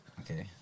Okay